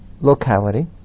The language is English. locality